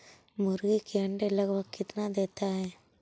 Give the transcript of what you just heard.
मुर्गी के अंडे लगभग कितना देता है?